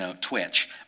twitch